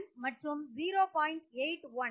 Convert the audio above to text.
7 மற்றும் 0